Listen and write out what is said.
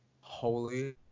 holy